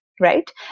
Right